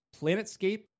Planetscape